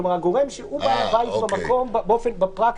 הגורם שהוא בעל הבית במקום, בפרקטיקה.